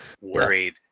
Worried